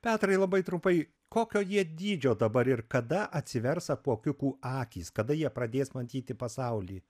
petrai labai trumpai kokio jie dydžio dabar ir kada atsivers apuokiukų akys kada jie pradės matyti pasaulį